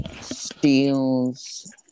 steals